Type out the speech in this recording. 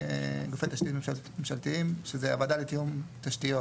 וגופי תיאום ממשלתיים, שזו הוועדה לתיאום תשתיות,